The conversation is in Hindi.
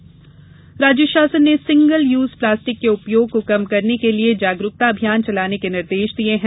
सिंगल यूज प्लास्टिक राज्य शासन ने सिंगल यूज प्लास्टिक के उपयोग को कम करने के लिए जागरूकता अभियान चलाने के निर्देश दिये हैं